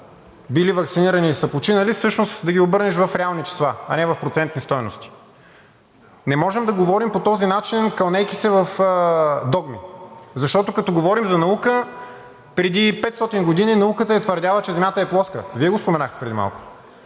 били ваксинирани, са починали, всъщност да ги обърнеш в реални числа, а не в процентни стойности. Не можем да говорим по този начин, кълнейки се в догми. Като говорим за наука, преди 500 години науката е твърдяла, че Земята е плоска. Вие го споменахте преди малко.